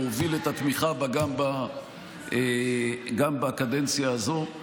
להוביל את התמיכה בה גם בקדנציה הזאת.